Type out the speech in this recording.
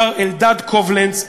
מר אלדד קובלנץ,